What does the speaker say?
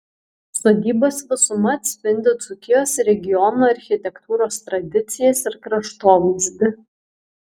sodybos visuma atspindi dzūkijos regiono architektūros tradicijas ir kraštovaizdį